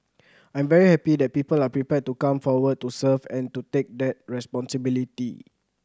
I'm very happy that people are prepared to come forward to serve and to take that responsibility